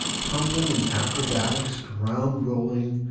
tumbling and acrobatics, ground rolling,